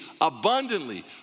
abundantly